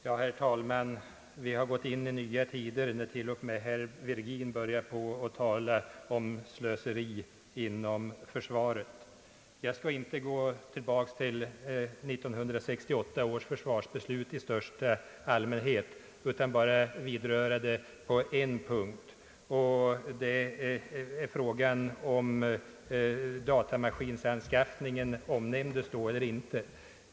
Herr talman! Vi har tydligen gått in i nya tider när till och med herr Virgin börjar tala om slöseri inom försvaret. Jag skall inte gå tillbaka till 1968 års försvarsbeslut i största allmänhet utan bara vidröra det på en punkt, nämligen huruvida datamaskinanskaffningen då omnämndes eller inte.